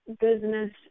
business